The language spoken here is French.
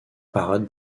parade